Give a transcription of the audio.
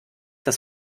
das